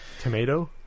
Tomato